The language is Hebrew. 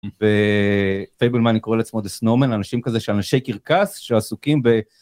בפייבלמן, אני קורא לעצמו דס נורמן, אנשים כזה של אנשי קרקס שעסוקים ב...